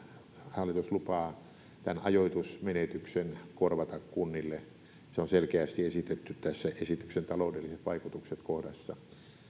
hallitus lupaa tämän ajoitusmenetyksen korvata kunnille se on selkeästi esitetty tässä esityksen taloudelliset vaikutukset kohdassa